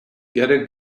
gotta